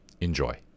Enjoy